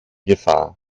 gefahr